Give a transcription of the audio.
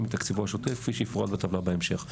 מתקציבו השוטף כפי שיפורט בטבלה בהמשך".